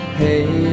hey